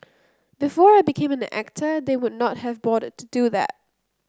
before I became an actor they would not have bothered to do that